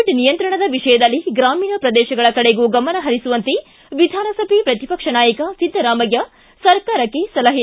ಿ ಕೋವಿಡ್ ನಿಯಂತ್ರಣದ ವಿಷಯದಲ್ಲಿ ಗ್ರಾಮೀಣ ಪ್ರದೇಶಗಳ ಕಡೆಗೂ ಗಮನಹರಿಸುವಂತೆ ವಿಧಾನಸಭೆ ಪ್ರತಿಪಕ್ಷ ನಾಯಕ ಸಿದ್ದರಾಮಯ್ಯ ಸರ್ಕಾರಕ್ಕೆ ಸಲಹೆ